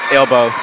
elbow